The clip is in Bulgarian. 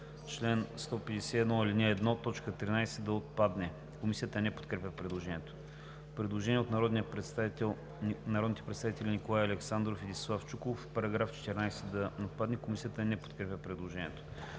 чл. 151, ал. 1, т. 13 да отпадне. Комисията не подкрепя предложението. Предложение от народните представители Николай Александров и Десислав Чуколов –§ 14 да отпадне. Комисията не подкрепя предложението.